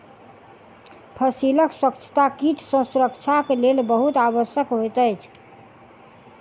फसीलक स्वच्छता कीट सॅ सुरक्षाक लेल बहुत आवश्यक होइत अछि